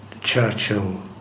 Churchill